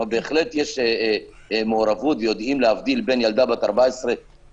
כלומר בהחלט יש מעורבות ויודעים להבדיל בין ילדה בת 14 בסיכון